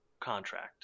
contract